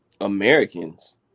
Americans